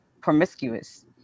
promiscuous